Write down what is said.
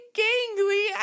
gangly